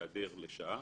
להיעדר לשעה,